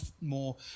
more